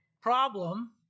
problem